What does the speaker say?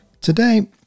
today